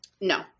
No